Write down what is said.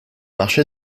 marché